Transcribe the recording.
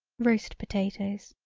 roast potatoes.